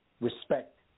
respect